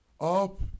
up